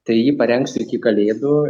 tai jį parengs iki kalėdų